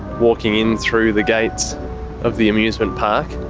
walking in through the gates of the amusement park,